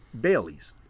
Baileys